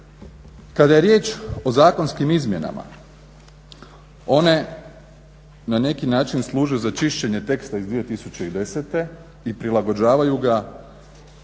Kada je riječ o zakonskim izmjenama one na neki način služe za čišćenje teksta iz 2010. i prilagođavaju ga novoj